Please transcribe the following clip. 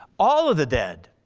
all of the dead.